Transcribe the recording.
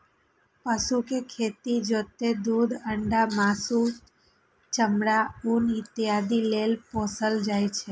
पशु कें खेत जोतय, दूध, अंडा, मासु, चमड़ा, ऊन इत्यादि लेल पोसल जाइ छै